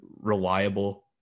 reliable